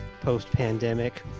post-pandemic